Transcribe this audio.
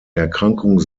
erkrankung